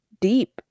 deep